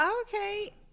okay